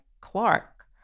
Clark